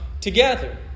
together